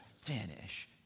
finish